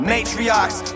Matriarchs